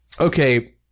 okay